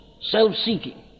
self-seeking